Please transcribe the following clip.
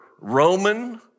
Roman